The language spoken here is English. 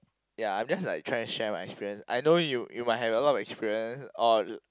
ya I am just like trying to share my experience I know you you might have a lot of experience or